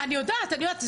אני יודעת, אני יודעת.